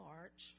March